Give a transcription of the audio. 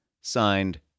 Signed